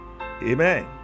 Amen